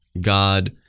God